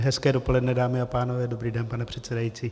Hezké dopoledne, dámy a pánové, dobrý den, pane předsedající.